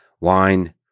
wine